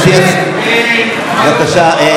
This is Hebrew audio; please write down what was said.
אני קורא אותך קריאה ראשונה.